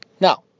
Now